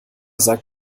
sagt